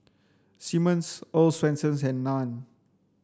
Simmons Earl's Swensens and Nan